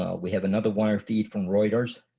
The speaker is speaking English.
ah we have another wire feed from reuters,